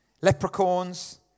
Leprechauns